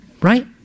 right